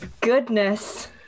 goodness